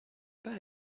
pas